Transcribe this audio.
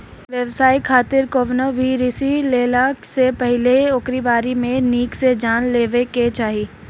व्यवसाय खातिर कवनो भी ऋण लेहला से पहिले ओकरी बारे में निक से जान लेवे के चाही